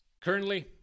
Currently